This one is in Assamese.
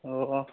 অঁ